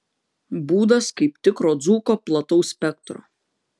būdas kaip tikro dzūko plataus spektro